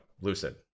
Lucid